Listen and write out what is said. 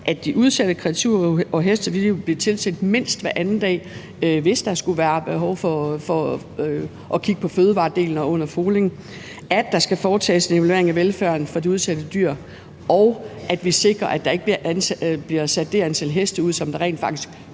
at de udsatte kreaturer og heste vil blive tilset mindst hver anden dag, hvis der skulle være behov for at kigge på fødevaredelen og under foling, at der skal foretages en evaluering af velfærden for de udsatte dyr, og at man sikrer, at der ikke bliver sat det antal heste ud, som der rent faktisk